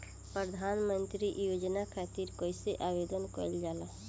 प्रधानमंत्री योजना खातिर कइसे आवेदन कइल जाला?